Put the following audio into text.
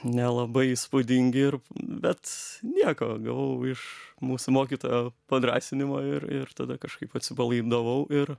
nelabai įspūdingi ir bet nieko gavau iš mūsų mokytojo padrąsinimo ir ir tada kažkaip atsipalaidavau ir